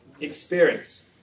experience